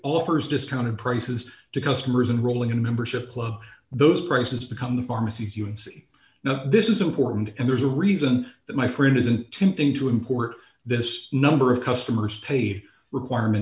offers discounted prices to customers and rolling in membership club those prices become the pharmacies you can see now this is important and there's a reason that my friend isn't tempting to import this number of customers paid requirement